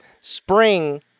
Spring